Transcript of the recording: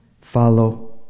Follow